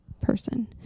person